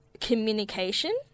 communication